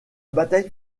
bataille